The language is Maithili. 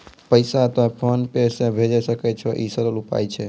पैसा तोय फोन पे से भैजै सकै छौ? ई सरल उपाय छै?